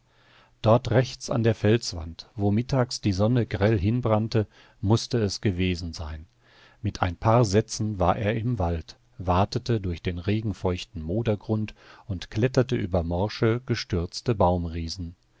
dort rechts an der felswand wo mittags die sonne grell hinbrannte mußte es gewesen sein mit ein paar sätzen war er im wald watete durch den regenfeuchten modergrund und kletterte über morsche gestürzte